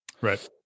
Right